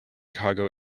chicago